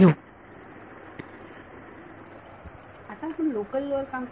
विद्यार्थी आता आपण लोकल वर काम करतोय ना